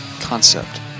concept